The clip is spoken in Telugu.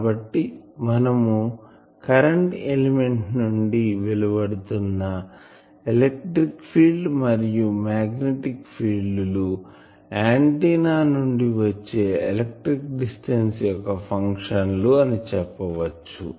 కాబట్టి మనము కరెంటు ఎలిమెంట్ నుండి వెలువడుతున్న ఎలక్ట్రిక్ ఫీల్డ్ మరియు మాగ్నెటిక్ ఫీల్డ్ లు ఆంటిన్నా నుండి వచ్చే ఎలక్ట్రిక్ డిస్టెన్స్ యొక్క ఫంక్షన్ లు అని చెప్పవచ్చు